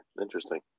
Interesting